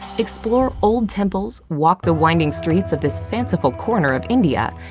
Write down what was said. explore old temples, walk the winding streets of this fanciful corner of india,